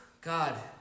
God